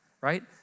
Right